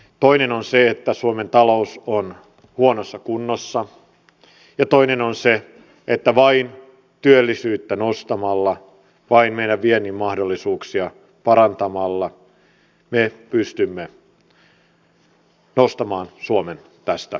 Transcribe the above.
toinen on se että suomen talous on huonossa kunnossa ja toinen on se että vain työllisyyttä nostamalla vain meidän viennin mahdollisuuksia parantamalla me pystymme nostamaan suomen tästä lamasta